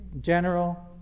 General